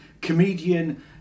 comedian